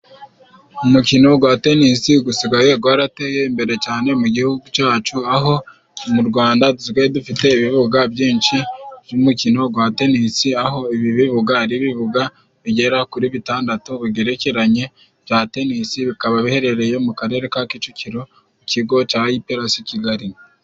Umukino gwa tenisi gusigaye gwarateye imbere cane mu gihugu cacu. Aho mu Rwanda dusigaye dufite ibibuga byinshi by’umukino gwa tenisi. Aho ibi bibuga ari ibibuga bigera kuri bitandatu bigerekeranye bya tenisi, bikaba biherereye mu Karere ka Kicukiro, ku kigo ca Ayipiyarasi Kigali.